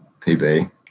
PB